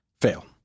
fail